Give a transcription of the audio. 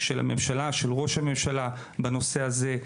של הממשלה ושל ראש הממשלה בנושא הזה,